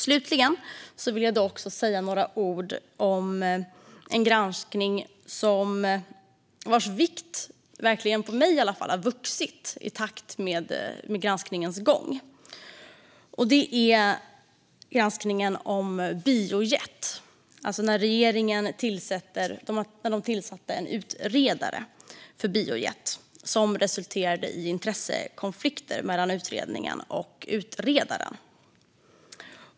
Slutligen vill jag säga några ord om en granskning vars vikt i alla fall för mig verkligen har ökat i takt med granskningens gång. Det gäller granskningen av utredningen om biojet, det vill säga att regeringen tillsatte en utredare som skulle titta på detta. Det resulterade i intressekonflikter mellan utredningen och utredaren.